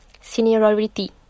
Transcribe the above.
Seniority